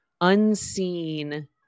unseen